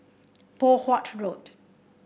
Poh Huat Road